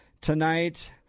tonight